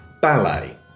ballet